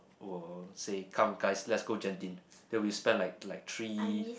will say come guys let's go Genting then we spend like like three